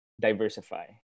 diversify